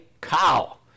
cow